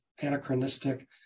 anachronistic